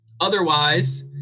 Otherwise